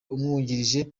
umwungirije